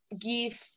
give